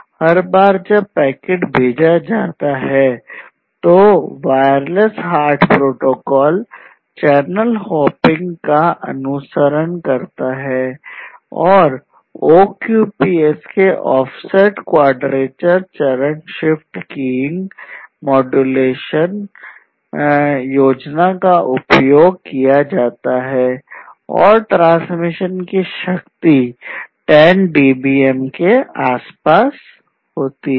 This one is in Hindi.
हर बार जब पैकेट भेजा जाता है तो wireless HART protocol channel hopping का अनुसरण के आसपास होती है